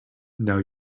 now